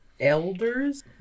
elders